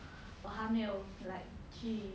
我还没有 like 去